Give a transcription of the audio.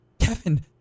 Kevin